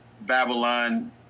Babylon